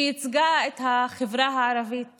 שייצגה את החברה הערבית